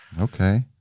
Okay